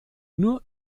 nur